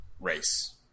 race